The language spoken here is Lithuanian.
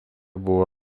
buvo